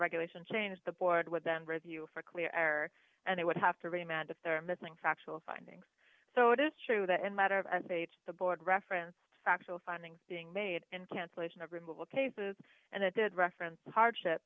regulation change the board would then review for clear error and it would have to be mad if there are missing factual findings so it is true that in matter of m h the board referenced factual findings being made in cancellation of removal cases and it did reference the hardship